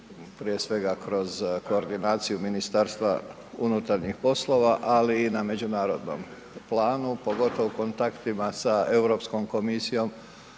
prije svega kroz koordinaciju Ministarstva unutarnjih poslova ali i na međunarodnom planu pogotovo kontaktima sa Europskom komisijom